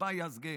"חוצפא יסגא,